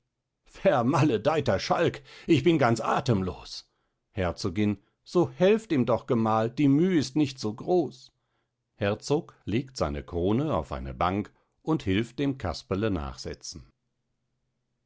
vermaledeiter schalk ich bin ganz athemlos herzogin so helft ihm doch gemahl die müh ist nicht so groß herzog legt seine krone auf eine bank und hilft dem casperle nachsetzen